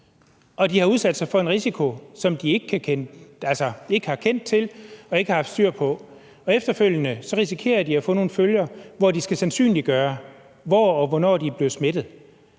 De har udsat sig for en risiko, som de ikke har kendt til og ikke har haft styr på. Efterfølgende risikerer de at få nogle følger, hvor de skal sandsynliggøre, hvor og hvornår de er blevet smittet.